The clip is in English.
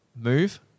move